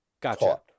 gotcha